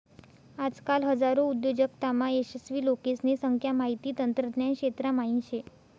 आजकाल हजारो उद्योजकतामा यशस्वी लोकेसने संख्या माहिती तंत्रज्ञान क्षेत्रा म्हाईन शे